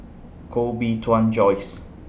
Koh Bee Tuan Joyce